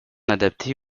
adaptée